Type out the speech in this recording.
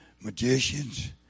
magicians